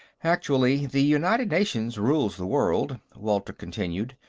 actually, the united nations rules the world, walter continued.